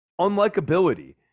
unlikability